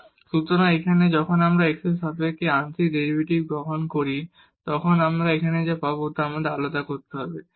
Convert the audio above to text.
zf x yxng সুতরাং এখানে যখন আমরা x এর সাপেক্ষে এর আংশিক ডেরিভেটিভ গ্রহণ করি তখন আমরা এখানে যা পাব তা আমাদের আলাদা করতে হবে